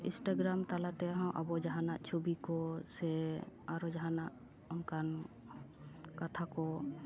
Instagram ᱛᱟᱞᱟᱛᱮ ᱦᱚᱸ ᱟᱵᱚ ᱡᱟᱦᱟᱱᱟᱜ ᱪᱷᱩᱵᱤ ᱠᱚ ᱥᱮ ᱟᱨᱚ ᱡᱟᱦᱟᱱᱟᱜ ᱚᱱᱠᱟᱱ ᱠᱟᱛᱷᱟ ᱠᱚ